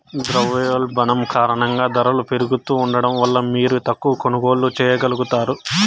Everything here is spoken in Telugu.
ద్రవ్యోల్బణం కారణంగా దరలు పెరుగుతా ఉండడం వల్ల మీరు తక్కవ కొనుగోల్లు చేయగలుగుతారు